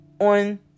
on